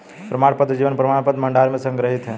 प्रमाणपत्र जीवन प्रमाणपत्र भंडार में संग्रहीत हैं